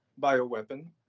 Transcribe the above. bioweapon